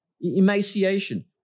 emaciation